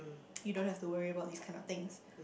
you don't have to worry about these kind of things